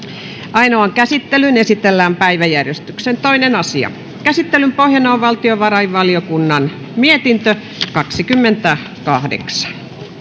ainoaan käsittelyyn esitellään päiväjärjestyksen toinen asia käsittelyn pohjana on valtiovarainvaliokunnan mietintö kaksikymmentäkahdeksan